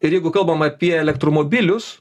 ir jeigu kalbam apie elektromobilius